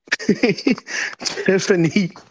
Tiffany